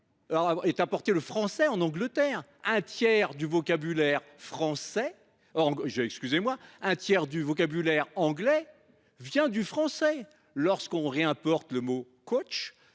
ait apporté le français en Angleterre. Un tiers du vocabulaire anglais vient du français ! On réimporte le mot, mais il